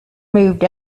moved